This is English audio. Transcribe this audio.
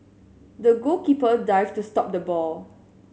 the goalkeeper dived to stop the ball